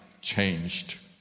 changed